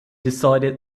decided